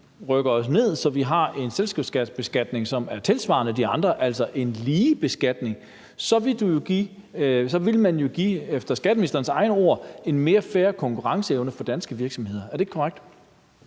rykker os ned, så vi har en selskabsbeskatning, som svarer til de andres, altså en lige beskatning, så vil det jo efter skatteministerens egne ord give en mere fair konkurrenceevne for danske virksomheder. Er det ikke korrekt?